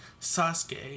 Sasuke